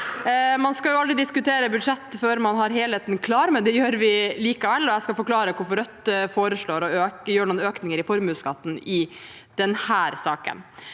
Man skal jo aldri diskutere budsjett før man har helheten klar, men det gjør vi likevel, og jeg skal forklare hvorfor. Rødt foreslår å gjøre noen økninger i formuesskatten i denne saken.